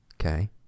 Okay